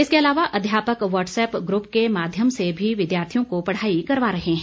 इसके अलावा अध्यापक वॉट्सऐप ग्युप के माध्यम से भी विद्यार्थियों को पढ़ाई करवा रहे हैं